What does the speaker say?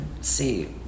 see